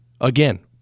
Again